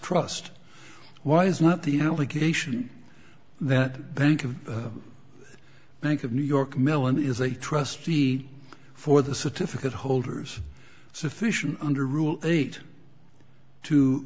trust why is not the allegation that bank of the bank of new york mellon is a trustee for the certificate holders sufficient under rule eight to